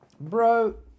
bro